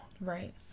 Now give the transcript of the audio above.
Right